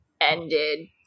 ended